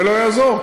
ולא יעזור,